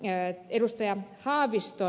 mitä tulee ed